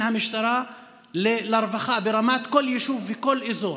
המשטרה לרווחה ברמת כל יישוב וכל אזור.